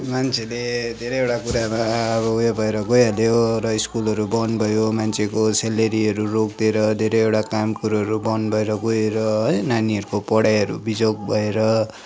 मान्छेले धेरैवटा कुरामा अब उयो भएर गोइहाल्यो र स्कुलहरू बन्द भयो मान्छेको स्यालेरीहरू रोकिदिएर धेरैवटा काम कुरोहरू बन्द भएर गएर है नानीहरूको पढाइहरू बिजोग भएर